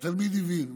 והתלמיד הבין.